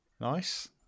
Nice